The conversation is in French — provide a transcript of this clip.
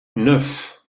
neuf